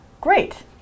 great